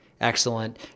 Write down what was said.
Excellent